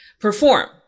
perform